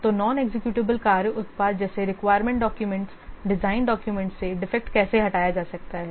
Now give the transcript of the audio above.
तो non executable कार्य उत्पाद जैसे रिक्वायरमेंट डॉक्यूमेंटस डिज़ाइन डॉक्यूमेंटस से डिफेक्ट कैसे हटाया जा सकता है